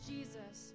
Jesus